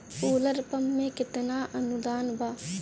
Solar pump पर केतना अनुदान बा?